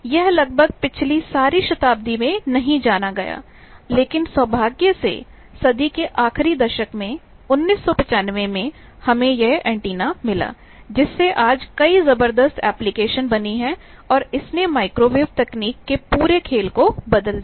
यह लगभग पिछली सारी शताब्दी में नहीं जाना गया लेकिन सौभाग्य से सदी के आखिरी दशक में 1995 में हमें यह एंटीना मिला जिससे आज कई जबरदस्त एप्लिकेशन बनी है और इसने माइक्रोवेव तकनीक के पूरे खेल को बदल दिया